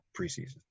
preseason